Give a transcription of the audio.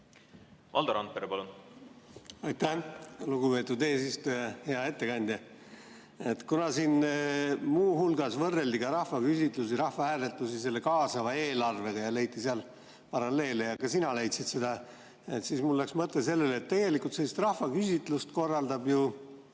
Valdo Randpere, palun! Aitäh, lugupeetud eesistuja! Hea ettekandja! Kuna siin muu hulgas võrreldi rahvaküsitlusi ja rahvahääletusi kaasava eelarvega ja leiti sealt paralleele ja ka sina leidsid seda, siis mul läks mõte sellele, et tegelikult sellist rahvaküsitlust korraldab ju